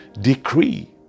decree